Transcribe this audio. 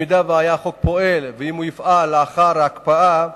אם החוק היה פועל, ואם הוא יופעל לאחר ההקפאה,